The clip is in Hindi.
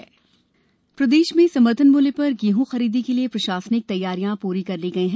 समर्थन मूल्य प्रदेश में समर्थनमूल्य पर गेहूं खरीदी के लिए प्रशासनिक तैयारियां पूरी कर ली गई है